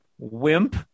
Wimp